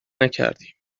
نکردی